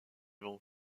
vont